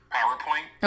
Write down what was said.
PowerPoint